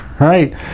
right